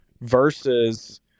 versus